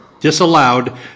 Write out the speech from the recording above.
disallowed